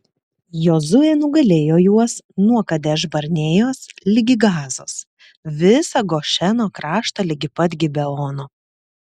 jozuė nugalėjo juos nuo kadeš barnėjos ligi gazos visą gošeno kraštą ligi pat gibeono